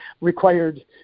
required